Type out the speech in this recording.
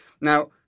now